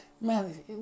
man